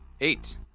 Eight